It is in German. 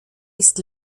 ist